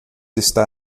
está